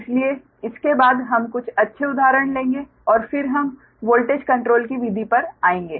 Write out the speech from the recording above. इसलिए इसके बाद हम कुछ अच्छे उदाहरण लेंगे और फिर हम वोल्टेज कंट्रोल की विधि पर आएँगे